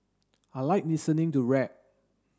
I like listening to rap